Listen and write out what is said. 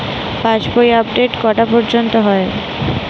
পাশ বই আপডেট কটা পর্যন্ত হয়?